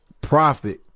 profit